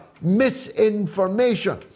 misinformation